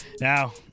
Now